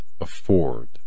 afford